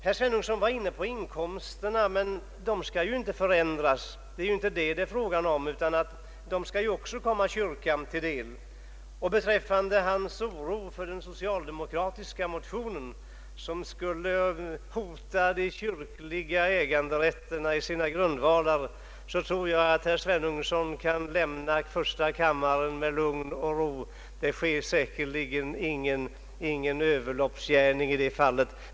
Herr Svenungsson talade om inkomsterna. Men det är ju inte fråga om att förändra dem, utan de skall fortfarande komma kyrkan till del. Herr Svenungsson hyser också oro för den socialdemokratiska motionen, som skulle hota den kyrkliga äganderätten i dess grundvalar. Jag tror att herr Svenungsson i detta avseende kan lämna första kammaren med lugn och ro. Ingen överloppsgärning sker säkerligen i det Ang.